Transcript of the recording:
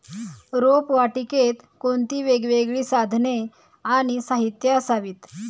रोपवाटिकेत कोणती वेगवेगळी साधने आणि साहित्य असावीत?